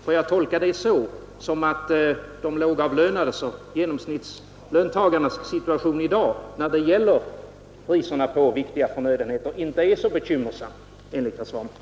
Får jag tolka det så, att de lågavlönades och genomsnittslöntagarnas situation i dag när det gäller priserna på viktiga förnödenheter inte är så bekymmersam enligt herr Svanberg?